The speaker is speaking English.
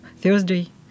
Thursday